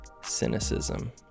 cynicism